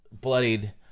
bloodied